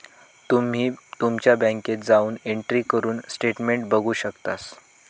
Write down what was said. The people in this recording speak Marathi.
तुम्ही तुमच्या बँकेत जाऊन एंट्री करून स्टेटमेंट बघू शकतास